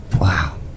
wow